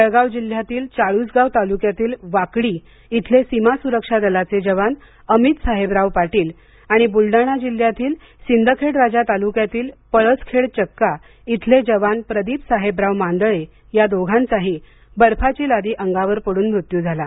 जळगाव जिल्ह्यातील चाळीसगाव तालुक्यातल्या वाकडी इथले सीमा सुरक्षा दलाचे जवान अमित साहेबराव पाटील आणि बुलडाणा जिल्हयातील सिंदखेडराजा तालुक्यातील पळसखेड चक्का इथले जवान प्रदीप साहेबराव मांदळे या दोघांचाही बर्फाची लादी अंगावर पडून मृत्यू झाला